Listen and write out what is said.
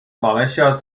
马来西亚